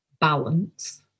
balance